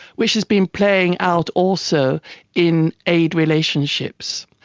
which has been playing out also in aid relationships.